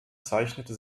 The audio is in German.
zeichnete